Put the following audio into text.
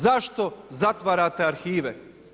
Zašto zatvarate arhive?